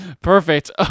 perfect